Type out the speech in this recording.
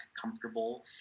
comfortable